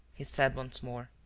he said once more.